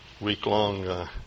week-long